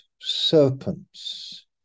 serpents